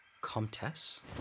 comtesse